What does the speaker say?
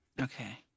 Okay